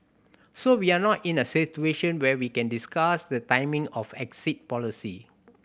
so we're not in a situation where we can discuss the timing of exit policy